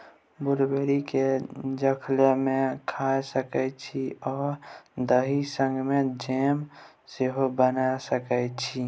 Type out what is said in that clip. blueberry केँ जलखै मे खाए सकै छी आ दही संगै जैम सेहो बना सकै छी